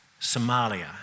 Somalia